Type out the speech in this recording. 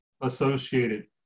associated